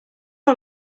all